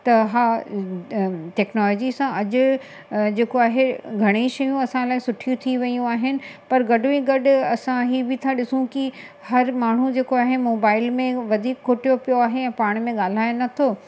त हा टेक्नोलॉजी सां अॼु जेको आहे घणेईं शयूं असां लाइ सुठियूं थी वियूं आहिनि पर गॾ ई गॾ असां हीउ बि था ॾिसूं की हर माण्हू जेको आहे मोबाइल में वधीक खुटियो पियो आहे ऐं पाण में ॻाल्हाए नथो